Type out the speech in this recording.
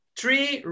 three